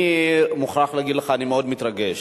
אני מוכרח להגיד לך, אני מאוד מתרגש.